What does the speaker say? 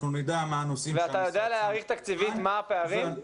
אנחנו נדע מה הנושאים --- ואתה יודע להעריך תקציבית מה הפערים?